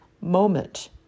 moment